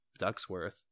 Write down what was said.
Ducksworth